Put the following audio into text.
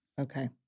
Okay